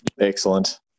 Excellent